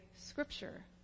scripture